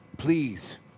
Please